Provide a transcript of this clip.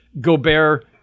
Gobert